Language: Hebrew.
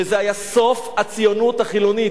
שזה היה סוף הציונות החילונית,